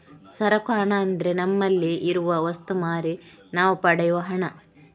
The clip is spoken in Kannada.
ಸರಕು ಹಣ ಅಂದ್ರೆ ನಮ್ಮಲ್ಲಿ ಇರುವ ವಸ್ತು ಮಾರಿ ನಾವು ಪಡೆಯುವ ಹಣ